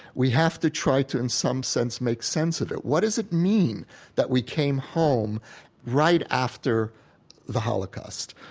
we have to try to in some sense make sense of it. what does it mean that we came home right after the holocaust?